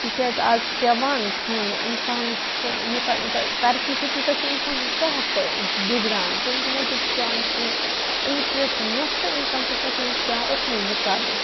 تِکیٛازِ اَز چھِ پیٚوان کھیوٚن اِنسانَس سُہ یوٗتاہ یوٗتاہ ترقی چھِ تیوٗتاہ چھِ اِنسان سُنٛد صحت تہٕ بِگڑان تَمیُک موٗجوٗب چھِ پیٚوان سُہ أمِس یُس نٮ۪صفہٕ اِنکَم چھِ سۄ چھِ أمِس پیٚوان اُکنُے یہِ کَرٕنۍ